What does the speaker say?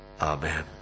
Amen